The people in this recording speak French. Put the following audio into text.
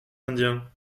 indiens